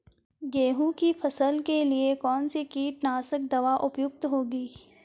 गेहूँ की फसल के लिए कौन सी कीटनाशक दवा उपयुक्त होगी?